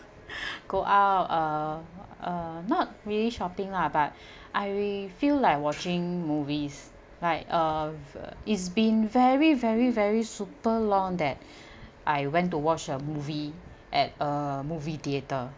go out uh uh not really shopping lah but I feel like watching movies like uh it's been very very very super long that I went to watch a movie at a movie theater